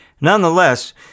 nonetheless